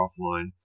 offline